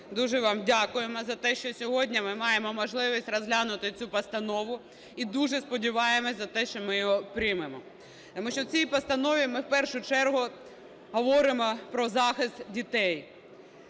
дуже вам дякуємо за те, що сьогодні ми маємо можливість розглянути цю постанову. І дуже сподіваємося на те, що ми її приймемо. Тому що в цій постанові ми в першу чергу говоримо про захист дітей.